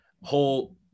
whole